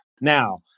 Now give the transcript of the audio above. Now